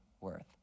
worth